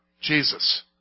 Jesus